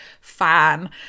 fan